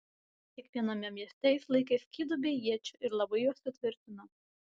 kiekviename mieste jis laikė skydų bei iečių ir labai juos sutvirtino